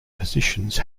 positions